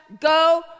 go